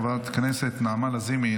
חברת הכנסת נעמה לזימי,